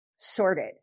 sorted